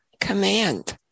command